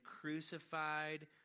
crucified